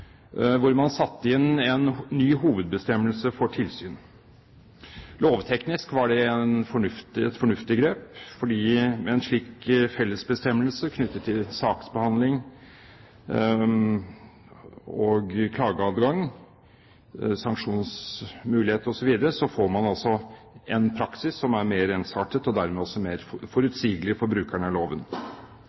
hvor man satte inn en ny hovedbestemmelse for tilsyn. Lovteknisk var det et fornuftig grep, for med en slik fellesbestemmelse knyttet til saksbehandling, klageadgang, sanksjonsmulighet osv. får man en praksis som er mer ensartet og dermed også mer forutsigelig for brukerne av loven.